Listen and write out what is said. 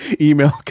email